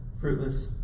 fruitless